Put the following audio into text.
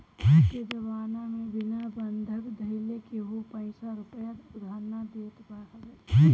अबके जमाना में बिना बंधक धइले केहू पईसा रूपया उधार नाइ देत हवे